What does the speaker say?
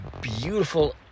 Beautiful